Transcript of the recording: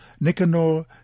Nicanor